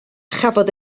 chafodd